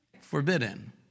forbidden